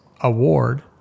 award